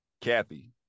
Kathy